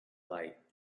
light